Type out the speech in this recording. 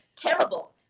terrible